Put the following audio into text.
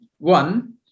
One